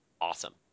awesome